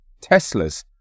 Teslas